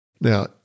Now